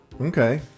okay